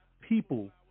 people